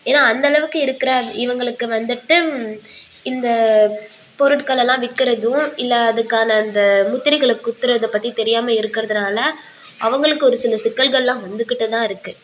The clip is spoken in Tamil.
ஏன்னால் அந்த அளவுக்கு இருக்கிற அந் இவர்களுக்கு வந்துட்டு இந்த பொருட்களெல்லாம் விற்கிறதும் இல்லை அதுக்கான இந்த முத்திரைகளை குத்துறதை பற்றி தெரியாமல் இருக்கிறதுனால அவர்களுக்கு ஒரு சில சிக்கல்களெலாம் வந்துகிட்டு தான் இருக்குது